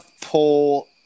pull